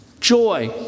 Joy